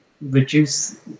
reduce